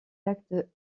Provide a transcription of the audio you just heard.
actes